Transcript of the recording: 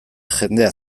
jendea